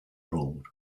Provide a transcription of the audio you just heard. ruled